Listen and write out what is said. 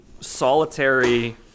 solitary